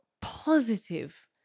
positive